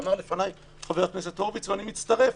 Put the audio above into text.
ואמר לפניי חבר הכנסת הורוביץ ואני מצטרף.